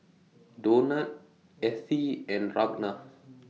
Donat Ethie and Ragna